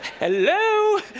Hello